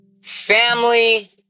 family